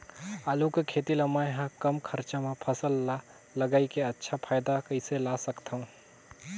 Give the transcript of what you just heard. आलू के खेती ला मै ह कम खरचा मा फसल ला लगई के अच्छा फायदा कइसे ला सकथव?